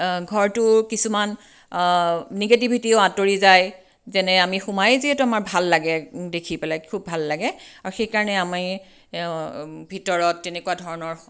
ঘৰটোৰ কিছুমান নিগেটিভিটিও আঁতৰি যায় যেনে আমি সোমায়ে যিহেতু আমাৰ ভাল লাগে দেখি পেলাই খুব ভাল লাগে আৰু সেইকাৰণে আমি ভিতৰত তেনেকুৱা ধৰণৰ